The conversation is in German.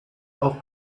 auf